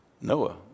Noah